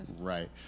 Right